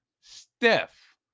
Steph